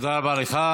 תודה רבה לך.